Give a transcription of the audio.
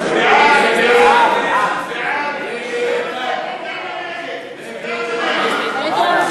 רוזין, עיסאווי פריג' ותמר זנדברג.